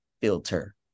filter